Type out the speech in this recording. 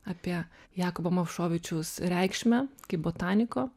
apie jakubo mavšovičiaus reikšmę kaip botaniko